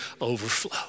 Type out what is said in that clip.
overflow